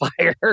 fire